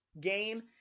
game